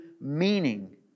meaning